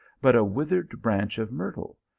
but a withered branch of myr tle,